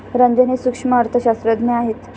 रंजन हे सूक्ष्म अर्थशास्त्रज्ञ आहेत